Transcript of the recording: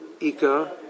Ika